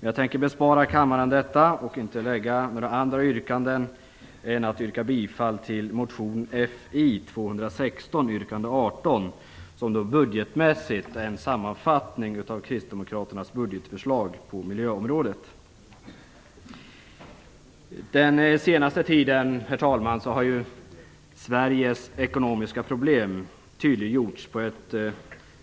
Men jag tänker bespara kammaren detta och inte framlägga några andra yrkanden än bifall till motion Fi216, yrkande 18, som budgetmässigt är en sammanfattning av kristdemokraternas budgetförslag på miljöområdet. Den senaste tiden, herr talman, har ju Sveriges ekonomiska problem tydliggjorts på ett